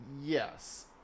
Yes